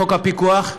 חוק הפיקוח,